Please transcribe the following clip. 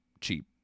cheap